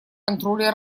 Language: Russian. контроле